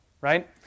right